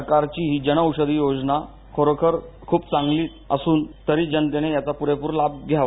सरकारची ही जनऔषधी योजना खरोखर खूप चांगली आहे तरी जनतेने याचा पुरेपूर लाभ घ्यावा